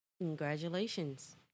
Congratulations